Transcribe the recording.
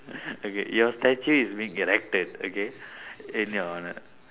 okay your statue is being erected okay in your honour